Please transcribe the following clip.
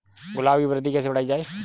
गुलाब की वृद्धि कैसे बढ़ाई जाए?